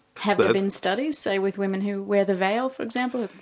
have there been studies, say, with women who wear the veil, for example,